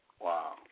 Wow